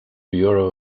bureau